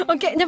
Okay